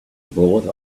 bullet